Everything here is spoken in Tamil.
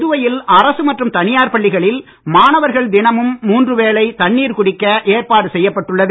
புதுவையில் அரசு மற்றும் தனியார் பள்ளிகளில் மாணவர்கள் தினமும் மூன்று வேளை தண்ணீர் குடிக்க ஏற்பாடு செய்யப்பட்டுள்ளது